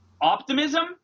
optimism